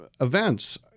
events